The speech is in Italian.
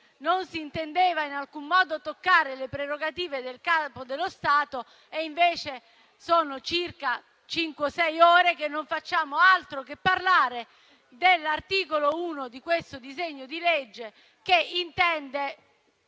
non si intendeva in alcun modo toccare le prerogative del Capo dello Stato, dal momento che invece sono circa cinque o sei ore che non facciamo altro che parlare dell'articolo 1 di questo disegno di legge, che intende